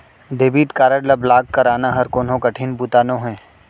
debit card ल block कराना हर कोनो कठिन बूता नोहे